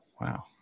wow